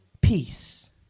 Peace